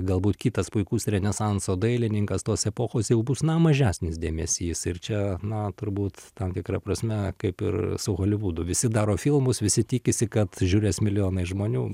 galbūt kitas puikus renesanso dailininkas tos epochos jau bus na mažesnis dėmesys ir čia na turbūt tam tikra prasme kaip ir su holivudu visi daro filmus visi tikisi kad žiūrės milijonai žmonių